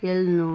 खेल्नु